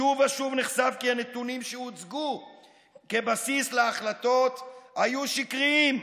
שוב ושוב נחשף כי הנתונים שהוצגו כבסיס להחלטות היו שקריים.